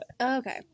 Okay